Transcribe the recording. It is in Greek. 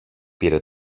πήρε